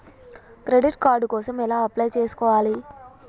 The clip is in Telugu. క్రెడిట్ కార్డ్ కోసం ఎలా అప్లై చేసుకోవాలి?